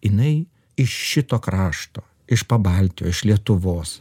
jinai iš šito krašto iš pabaltijo iš lietuvos